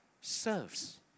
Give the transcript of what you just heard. serves